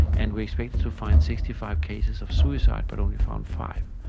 and we expected to find sixty five cases of suicide but only found five.